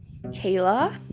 kayla